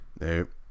Nope